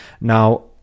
now